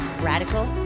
radical